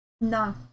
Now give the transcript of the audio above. No